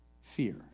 fear